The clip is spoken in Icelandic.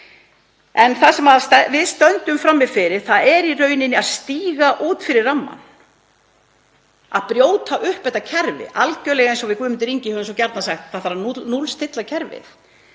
Það sem við stöndum frammi fyrir er í rauninni að stíga út fyrir rammann og brjóta upp þetta kerfi, algerlega eins og við Guðmundur Ingi Kristinsson höfum svo gjarnan sagt: Það þarf að núllstilla kerfið.